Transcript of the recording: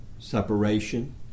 separation